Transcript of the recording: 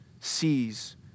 sees